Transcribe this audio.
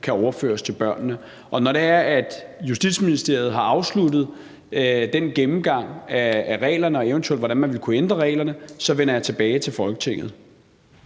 kan overføres til børnene. Når Justitsministeriet har afsluttet den gennemgang af reglerne – og eventuelt, hvordan man vil kunne ændre reglerne – så vender jeg tilbage til Folketinget.